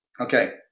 Okay